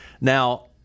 Now